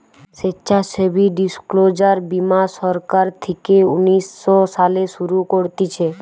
স্বেচ্ছাসেবী ডিসক্লোজার বীমা সরকার থেকে উনিশ শো সালে শুরু করতিছে